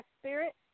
spirit